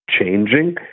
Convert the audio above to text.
Changing